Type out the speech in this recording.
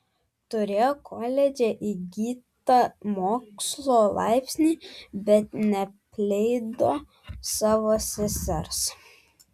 turėjo koledže įgytą mokslo laipsnį bet neapleido savo sesers